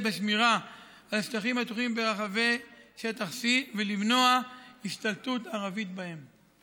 בשמירה על השטחים הפתוחים ברחבי שטח C ולמנוע השתלטות ערבית בהם.